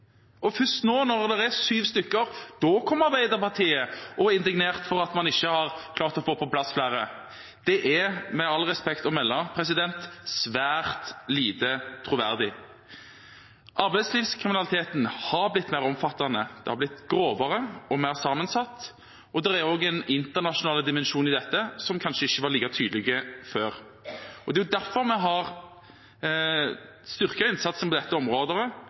og først nå, når det er syv stykker, kommer Arbeiderpartiet og er indignert over at man ikke har klart å få på plass flere. Det er, med respekt å melde, svært lite troverdig. Arbeidslivskriminaliteten har blitt mer omfattende. Den har blitt grovere og mer sammensatt. Det er også en internasjonal dimensjon i dette, som kanskje ikke var like tydelig før. Det er derfor vi har styrket innsatsen på dette området